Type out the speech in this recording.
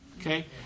okay